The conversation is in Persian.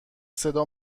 صدا